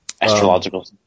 Astrological